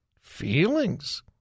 feelings